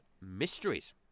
mysteries